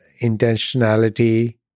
intentionality